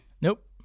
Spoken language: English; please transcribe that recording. Nope